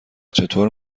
چطور